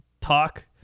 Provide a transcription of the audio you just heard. talk